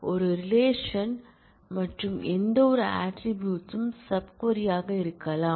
ஒரு ரிலேஷன் மாற்றும் எந்தவொரு ஆட்ரிபூட்ஸ் ம் சப் க்வரி ஆக இருக்கலாம்